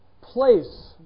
place